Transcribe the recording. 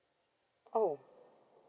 oh